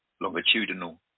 longitudinal